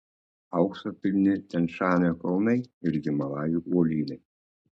aukso pilni tian šanio kalnai ir himalajų uolynai